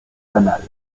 banal